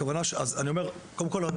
קודם כול,